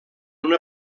una